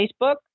Facebook